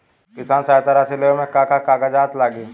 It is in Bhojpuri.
किसान सहायता राशि लेवे में का का कागजात लागी?